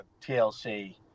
TLC